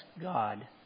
God